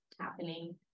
happening